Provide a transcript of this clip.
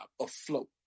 afloat